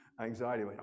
anxiety